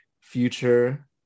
Future